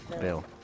Bill